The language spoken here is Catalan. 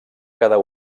quedar